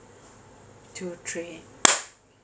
two three